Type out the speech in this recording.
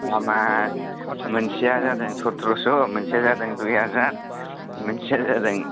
दामा मोनसेया जादों सथ्र'स' मोनसेया जादों दुइ हाजार मोनसेया जादों